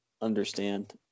understand